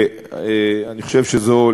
אני חושב שזו,